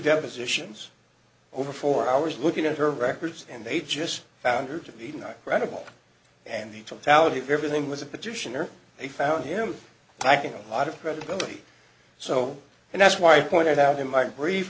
depositions over four hours looking at her records and they just found her to be no credible and the totality of everything was a petitioner they found him packing a lot of credibility so and that's why i pointed out in my brief